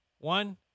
one